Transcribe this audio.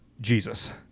Jesus